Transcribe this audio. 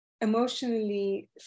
emotionally